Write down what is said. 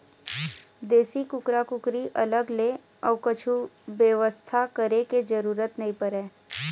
देसी कुकरा कुकरी अलग ले अउ कछु बेवस्था करे के जरूरत नइ परय